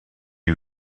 eût